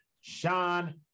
Sean